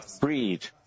breed